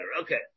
Okay